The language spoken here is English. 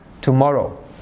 Tomorrow